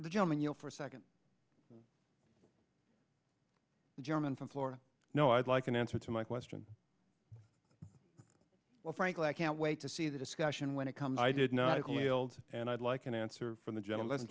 the gentleman you know for second german from florida no i'd like an answer to my question well frankly i can't wait to see the discussion when it comes i did not build and i'd like an answer from the gentleman